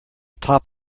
top